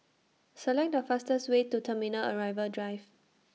Select The fastest Way to Terminal Arrival Drive